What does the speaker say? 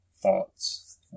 thoughts